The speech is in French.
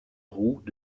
roues